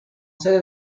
sede